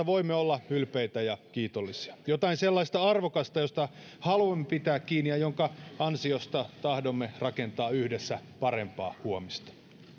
voimme olla ylpeitä ja kiitollisia jotain sellaista arvokasta mistä haluamme pitää kiinni ja minkä ansiosta tahdomme rakentaa yhdessä parempaa huomista